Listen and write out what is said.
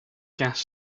gas